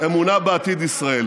אמונה בעתיד ישראל,